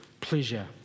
pleasure